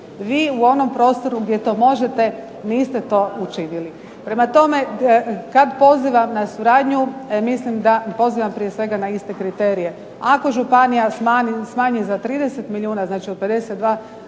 vi u onom prostoru gdje to možete niste to učinili. Prema tome, kad pozivam na suradnju, mislim da, pozivam prije svega na iste kriterije. Ako županija smanji za 30 milijuna, znači od 52 za